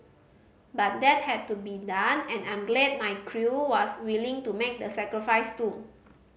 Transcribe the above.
but that had to be done and I'm glad my crew was willing to make the sacrifice too